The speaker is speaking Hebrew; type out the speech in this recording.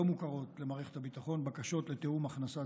לא מוכרות למערכת הביטחון בקשות לתיאום הכנסת